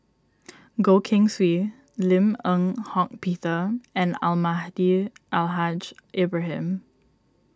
Goh Keng Swee Lim Eng Hock Peter and Almahdi Al Haj Ibrahim